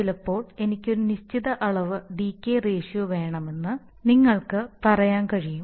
ചിലപ്പോൾ എനിക്ക് ഒരു നിശ്ചിത അളവ് ഡികെയ് റേഷ്യോ വേണമെന്ന് നിങ്ങൾക്ക് പറയാൻ കഴിയും